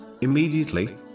immediately